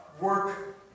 work